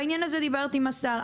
בעניין הזה דיברתי עם השר.